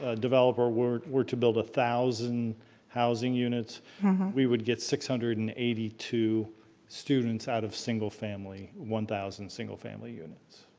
ah developer were were to build one thousand housing units we would get six hundred and eighty two students out of single family, one thousand single family units.